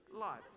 life